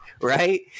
right